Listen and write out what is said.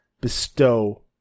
bestow